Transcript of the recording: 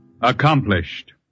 accomplished